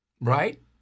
right